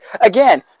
again